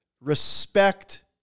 respect